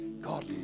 God